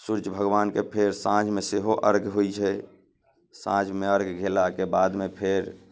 सूर्य भगवानके फेर साँझमे सेहो अर्घ होइ छै साँझमे अर्घ केलाके बाद फेर